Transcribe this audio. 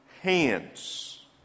hands